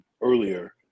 earlier